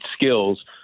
skills